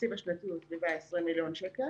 התקציב השנתי הוא סביב 20 מיליון שקל.